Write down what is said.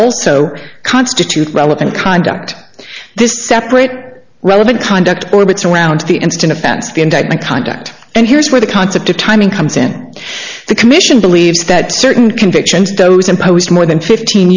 also constitute relevant conduct this separate relevant conduct orbits around the instant offense the indictment conduct and here's where the concept of timing comes in the commission believes that certain convictions those imposed more than fifteen